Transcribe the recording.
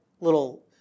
little